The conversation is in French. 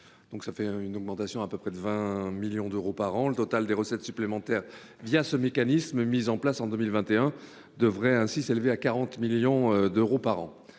représente une augmentation de 20 millions d’euros par an. Le total des recettes supplémentaires ce mécanisme mis en place en 2021 devrait ainsi s’élever à 40 millions d’euros par an.